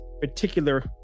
particular